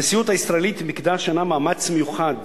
הנשיאות הישראלית מיקדה השנה מאמץ מיוחד